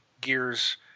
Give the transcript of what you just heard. Gears